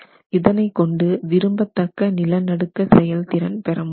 இதனை கொண்டு விரும்பத்தக்க நிலநடுக்க செயல்திறன் பெற முடியும்